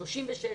36,